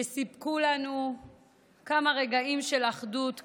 שסיפקה לנו כמה רגעים של אחדות כאן,